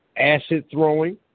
acid-throwing